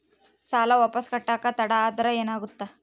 ಸಾಲ ವಾಪಸ್ ಕಟ್ಟಕ ತಡ ಆದ್ರ ಏನಾಗುತ್ತ?